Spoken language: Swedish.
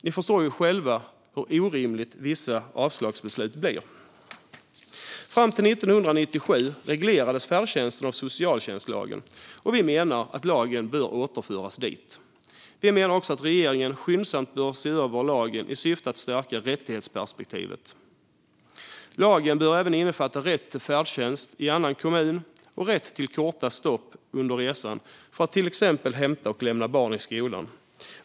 Ni förstår själva hur orimliga vissa avslagsbeslut blir. Fram till 1997 reglerades färdtjänsten av socialtjänstlagen. Vi menar att lagen bör återföras dit. Vi menar också att regeringen skyndsamt bör se över lagen i syfte att stärka rättighetsperspektivet. Lagen bör även innefatta rätt till färdtjänst i annan kommun och rätt till korta stopp under resan för att till exempel lämna och hämta barn i skolan.